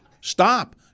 stop